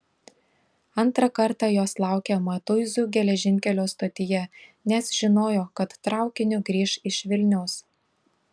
antrą kartą jos laukė matuizų geležinkelio stotyje nes žinojo kad traukiniu grįš iš vilniaus